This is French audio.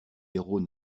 héros